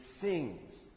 sings